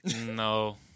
No